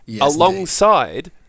alongside